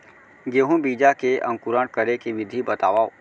गेहूँ बीजा के अंकुरण करे के विधि बतावव?